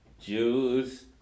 Jews